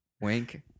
Wink